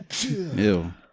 Ew